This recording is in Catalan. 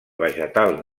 vegetal